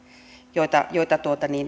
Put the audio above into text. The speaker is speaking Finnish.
joita joita